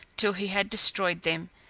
till he had destroyed them,